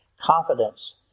confidence